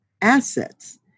assets